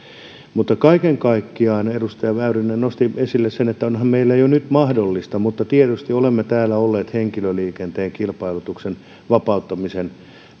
kaiken kaikkiaan edustaja väyrynen nosti esille sen että onhan meillä se jo nyt mahdollista mutta tietysti olemme täällä olleet henkilöliikenteen kilpailutuksen vapauttamisen